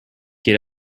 get